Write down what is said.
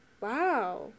Wow